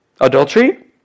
adultery